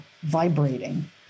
vibrating